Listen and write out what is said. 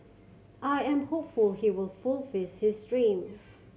I am hopeful he will fulfils his dream